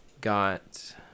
got